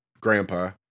grandpa